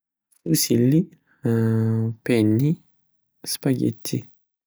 Fusilli, penni, spagetti.